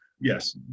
yes